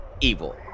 evil